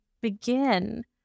begin